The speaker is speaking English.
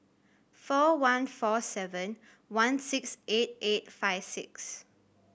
four one four seven one six eight eight five six